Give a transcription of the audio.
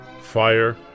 fire